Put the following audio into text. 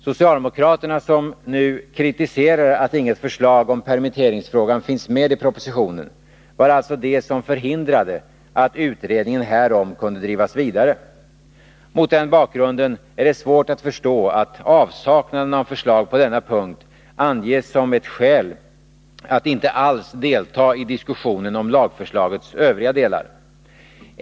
Socialdemokraterna, som nu kritiserar att inget förslag om permitteringsfrågan finns med i propositionen, var de som förhindrade att utredningen härom kunde drivas vidare. Mot den bakgrunden är det svårt att förstå att avsaknaden av förslag på denna punkt anges som ett skäl att inte alls delta i diskussionen om lagförslagets övriga delar.